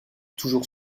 toujours